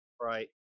right